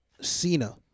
Cena